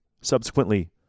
subsequently